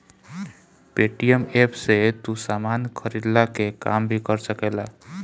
Paytm app से तू सामान खरीदला के काम भी कर सकेला